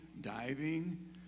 diving